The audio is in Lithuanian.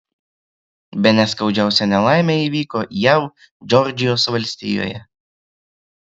bene skaudžiausia nelaimė įvyko jav džordžijos valstijoje